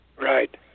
Right